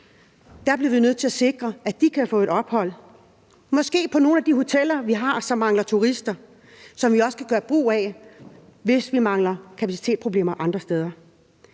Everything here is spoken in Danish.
Der bliver vi nødt til at sikre, at de kan få et ophold, måske på nogle af de hoteller, vi har, som mangler turister, som vi også kan gøre brug af, hvis vi har kapacitetsproblemer andre steder.